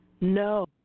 no